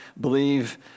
believe